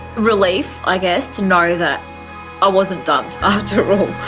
relief, i guess, to know that i wasn't dumped after all.